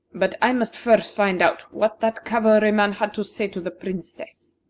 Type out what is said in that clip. but i must first find out what that cavalryman had to say to the princess.